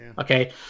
Okay